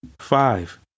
Five